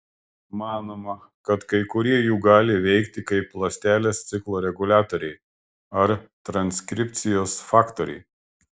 manoma kad kai kurie jų gali veikti kaip ląstelės ciklo reguliatoriai ar transkripcijos faktoriai